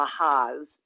ahas